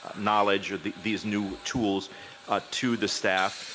knowledge with these new tools ah to the staff.